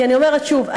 כי אני אומרת שוב,